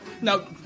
no